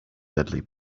deadly